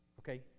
Okay